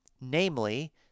namely